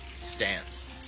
stance